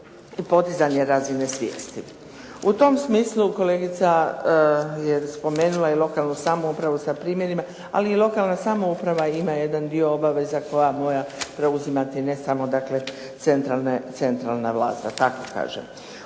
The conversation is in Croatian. i podizanje razine svijesti. U tom smislu kolegica je spomenula i lokalnu samoupravu sa primjerima, ali i lokalna samouprava ima jedan dio obaveza koja mora preuzimati, ne samo dakle centralna vlast, da tako kažem.